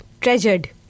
Treasured